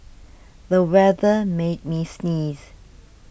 the weather made me sneeze